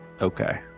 okay